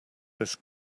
this